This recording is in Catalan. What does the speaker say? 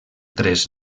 tres